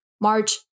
March